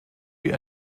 wie